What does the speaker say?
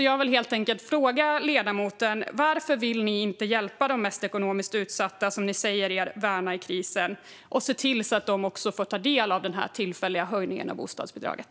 Jag vill helt enkelt fråga ledamoten: Varför vill ni inte hjälpa de mest ekonomiskt utsatta, som ni säger er värna i krisen, och se till att de också får ta del av den tillfälliga höjningen av bostadsbidraget?